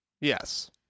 Yes